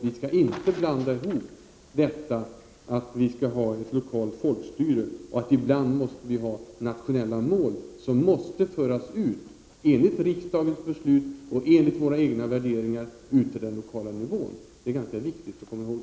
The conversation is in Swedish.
Vi skall inte blanda ihop det lokala folkstyret med att det ibland är nödvändigt med nationella mål som, enligt riksdagens beslut och våra egna värderingar, måste föras ut till den lokala nivån. Detta är ganska viktigt att komma ihåg.